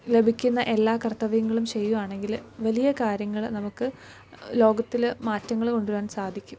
ലഭിക്കുന്ന എല്ലാ കർത്തവ്യങ്ങളും ചെയ്യുകയാണെങ്കിൽ വലിയ കാര്യങ്ങൾ നമുക്ക് ലോകത്തിൽ മാറ്റങ്ങൾ കൊണ്ടുവരാൻ സാധിക്കും